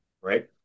Right